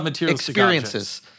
experiences